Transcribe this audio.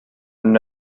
una